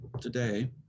today